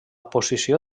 posició